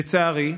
לצערי,